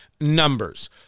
numbers